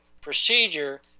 procedure